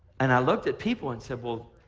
and i looked at people and said, well,